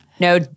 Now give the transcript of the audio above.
No